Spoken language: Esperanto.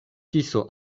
kiso